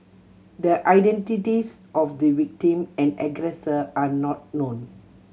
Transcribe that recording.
the identities of the victim and aggressor are not known